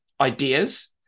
ideas